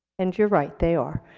and you're right, they are.